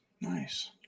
nice